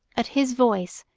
at his voice,